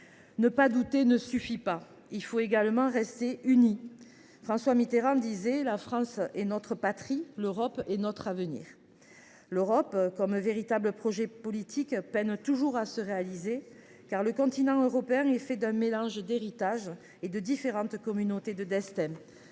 Ne pas douter ne suffit pas. Il faut également rester unis. Comme le disait François Mitterrand, « la France est notre patrie, l’Europe est notre avenir ». L’Europe en tant que véritable projet politique peine toujours à se concrétiser, car le continent européen résulte d’un mélange d’héritages et de différentes communautés de destin.